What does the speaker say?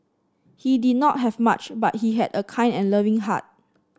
he did not have much but he had a kind and loving heart